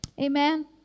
Amen